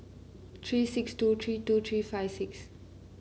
three six two three two three five six